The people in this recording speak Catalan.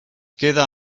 queda